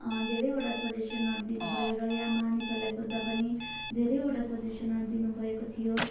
धेरैवटा सजेसनहरू दिनुभयो र यहाँ मानिसहरूलाई सोध्दा पनि धेरैवटा सजेसनहरू दिनुभएको थियो